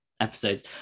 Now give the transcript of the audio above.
episodes